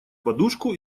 подушку